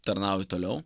tarnauji toliau